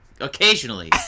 occasionally